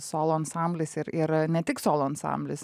solo ansamblis ir ir ne tik solo ansamblis